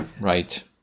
right